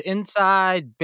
Inside